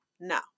No